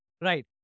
Right